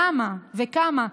למה וכמה.